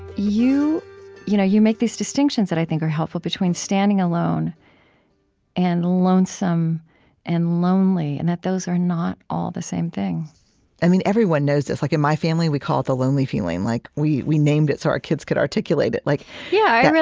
you you know you make these distinctions that i think are helpful, between standing alone and lonesome and lonely, and that those are not all the same thing everyone knows this. like in my family, we call it the lonely feeling. like we we named it, so our kids could articulate it like yeah,